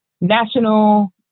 national